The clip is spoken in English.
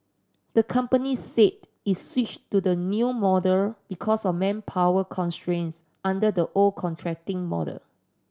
the company said it switched to the new model because of manpower constraints under the old contracting model